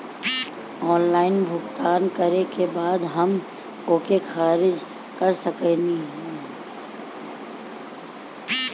Online भुगतान करे के बाद हम ओके खारिज कर सकेनि?